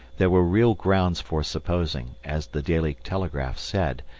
there were real grounds for supposing, as the daily telegraph said,